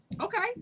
Okay